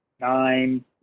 nine